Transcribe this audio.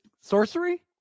sorcery